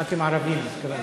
לחברי כנסת ערבים התכוונתי.